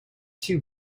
too